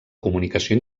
comunicació